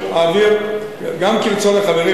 גם כרצון החברים,